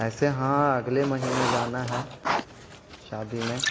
ایسے ہاں اگلے مہینہ جانا ہے شادی میں